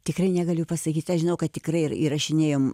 tikrai negaliu pasakyti aš žinau kad tikrai yra įrašinėjom